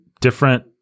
different